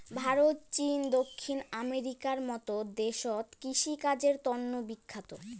ভারত, চীন, দক্ষিণ আমেরিকার মত দেশত কৃষিকাজের তন্ন বিখ্যাত